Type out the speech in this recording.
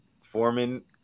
Foreman